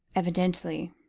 evidently,